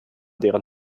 deren